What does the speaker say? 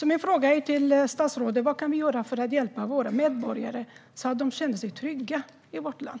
Min fråga till statsrådet är därför: Vad kan vi göra för att hjälpa våra medborgare så att de känner sig trygga i vårt land?